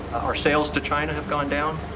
our sales to china have gone down,